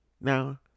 Now